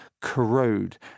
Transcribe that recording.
corrode